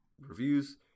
reviews